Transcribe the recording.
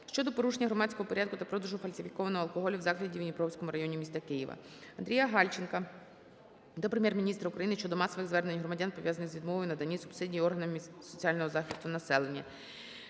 щодо порушення громадського порядку та продажу фальсифікованого алкоголю у закладі у Дніпровському районі міста Києва. АндріяГальченка до Прем'єр-міністра України щодо масових звернень громадян, пов'язаних з відмовою у наданні субсидій органами соціального захисту населення.